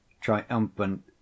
triumphant